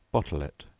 bottle it,